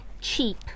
cheap